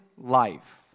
life